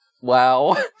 Wow